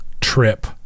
trip